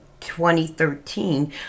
2013